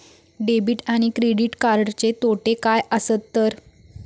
Debit आणि credit कार्डचे तोटे काय आसत तर?